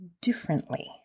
differently